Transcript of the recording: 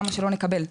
למה שלא נקבל?